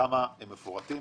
כמה הם מפורטים?